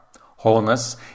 Wholeness